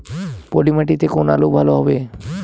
পলি মাটিতে কোন আলু ভালো হবে?